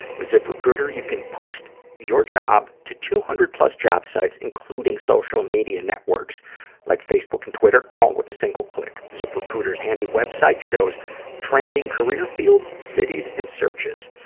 with ziprecruiter you can post your job to two hundred plus job sites, including social media networks, like facebook and twitter, all with a single click. ziprecruiter's handy web site shows trending career fields, cities and searches.